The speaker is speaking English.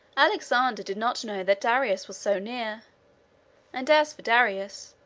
alexander did not know that darius was so near and as for darius,